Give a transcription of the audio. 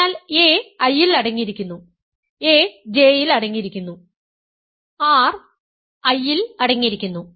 അതിനാൽ a I യിൽ അടങ്ങിയിരിക്കുന്നു a J യിൽ അടങ്ങിയിരിക്കുന്നു r I യിൽ അടങ്ങിയിരിക്കുന്നു